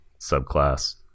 subclass